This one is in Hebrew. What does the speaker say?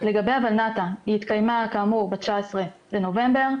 לגבי הולנת"ע היא התקיימה כאמור ב-19 בנובמבר,